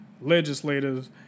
legislators